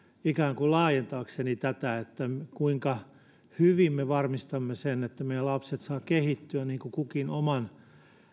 ikään kuin laajentaakseni sitä kuinka hyvin me varmistamme sen että meidän lapsemme saavat kehittyä kukin oman